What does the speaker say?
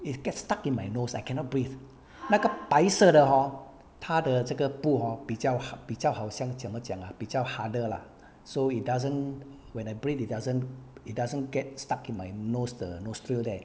it gets stuck in my nose I cannot breathe 这个白色的 hor 它的这个布 oh 比较好比较好像怎么讲啊比较 harder lah so it doesn't when I breathe it doesn't it doesn't get stuck in my nose the nostril